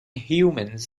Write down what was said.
humans